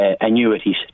annuities